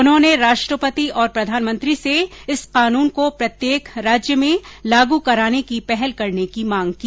उन्होंने राष्ट्रपति और प्रधानमंत्री से इस कानून को प्रत्येक राज्य में लागू कराने की पहल करने की मांग की